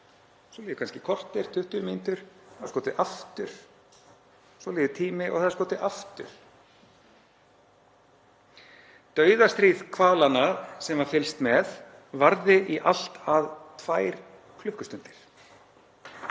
Svo líður kannski korter, 20 mínútur og þá er skotið aftur. Svo líður tími og það er skotið aftur. Dauðastríð hvalanna sem var fylgst með varði í allt að tvær klukkustundir.